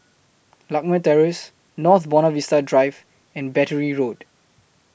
Lakme Terrace North Buona Vista Drive and Battery Road